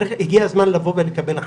הגיע הזמן לקבל החלטות,